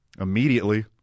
Immediately